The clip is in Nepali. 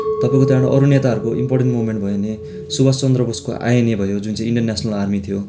तपाईँको त्यहाँबाट अरू नेताहरूको इम्पोर्टेन्ट मुभमेन्ट भयो भने सुबास चन्द्र बोसको आइएनए भयो जुन चाहिँ इन्डियन नेसनल आर्मी थियो